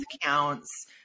counts